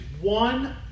one